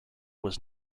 was